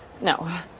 no